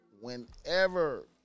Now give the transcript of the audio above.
whenever